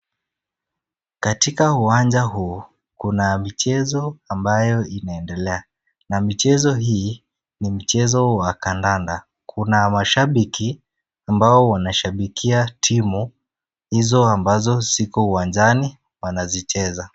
Katika uwanja huu, kuna michezo ambayo inaendelea na michezo hii ni mchezo wa kandanda. Kuna mashabiki ambao wanashabikia timu hizo ambazo ziko uwanjani wanazicheza.